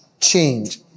change